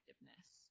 effectiveness